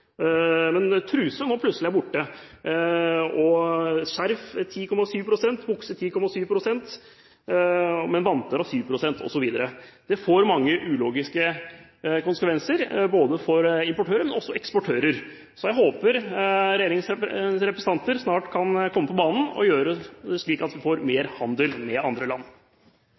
plutselig er tatt bort, skjerf – strikket – 10,7 pst., bukser 10,7 pst., vanter 7 pst. osv. Det får mange ulogiske konsekvenser for importører, men også for eksportører. Jeg håper regjeringens representanter snart kan komme på banen og gjøre det slik at vi får mer handel med andre land.